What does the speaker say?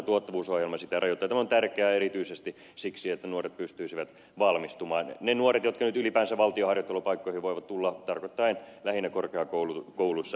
tämä on tärkeää erityisesti siksi että nuoret pystyisivät valmistumaan ne nuoret jotka nyt ylipäänsä valtion harjoittelupaikkoihin voivat tulla tarkoitan lähinnä korkeakouluissa opiskelevia